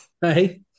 Hey